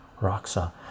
roxa